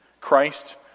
Christ